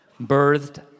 birthed